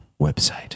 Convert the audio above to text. website